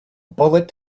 bullet